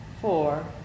four